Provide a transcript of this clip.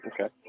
Okay